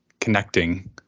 connecting